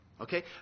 Okay